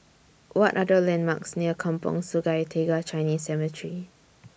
What Are The landmarks near Kampong Sungai Tiga Chinese Cemetery